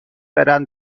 برم